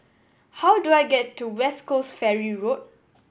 how do I get to West Coast Ferry Road